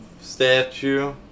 statue